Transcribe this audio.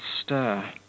stir